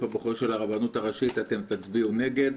הבוחר של הרבנות הראשית אתם תצביעו נגד.